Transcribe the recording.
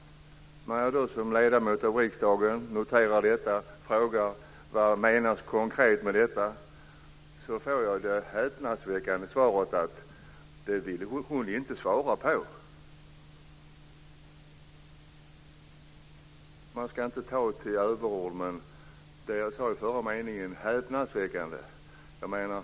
När jag då som ledamot av riksdagen noterar detta och frågar vad som konkret menas med det får jag det häpnadsväckande svaret att det vill hon inte svara på. Man ska inte ta till överord, men det är, som jag sade i förra meningen, häpnadsväckande.